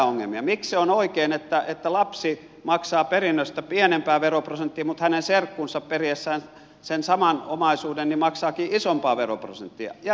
miksi se on oikein että lapsi maksaa perinnöstä pienempää veroprosenttia mutta hänen serkkunsa periessään sen saman omaisuuden maksaakin isompaa veroprosenttia ja niin edelleen